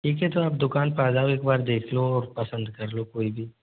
ठीक है तो आप दुकान पर आ जाओ एक बार देख लो पसंद कर लो कोई भी